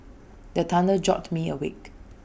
the thunder jolt me awake